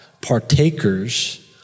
partakers